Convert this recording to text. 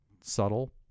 subtle